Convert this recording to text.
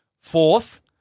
Fourth